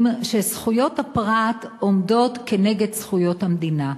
שזכויות הפרט עומדות נגד זכויות המדינה.